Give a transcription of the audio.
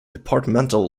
departmental